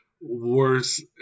worse